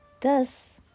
thus